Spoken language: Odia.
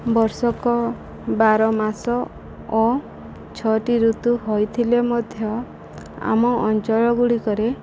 ବର୍ଷକ ବାର ମାସ ଓ ଛଅଟି ଋତୁ ହୋଇଥିଲେ ମଧ୍ୟ ଆମ ଅଞ୍ଚଳଗୁଡ଼ିକରେ